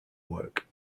work